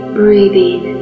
breathing